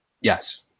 Yes